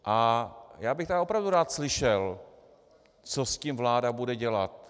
A já bych opravdu rád slyšel, co s tím vláda bude dělat.